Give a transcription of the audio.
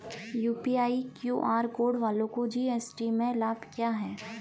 UPI QR code वालों को GST में लाभ क्या है?